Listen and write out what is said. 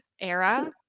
era